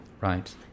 Right